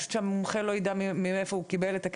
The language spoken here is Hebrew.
פשוט שהמומחה לא יידע מאיפה הוא קיבל את הכסף.